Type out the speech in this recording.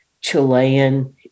Chilean